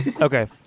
okay